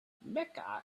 mecca